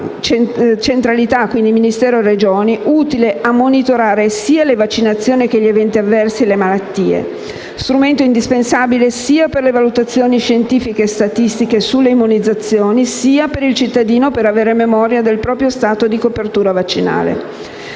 integrata tra Ministero e Regioni, utile a monitorare sia le vaccinazioni che gli eventi avversi (le malattie), strumento indispensabile sia per le valutazioni scientifiche e statistiche sulle immunizzazioni, sia per il cittadino, per avere memoria del proprio stato di copertura vaccinale;